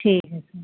ਠੀਕ ਹੈ ਸਰ